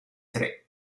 tre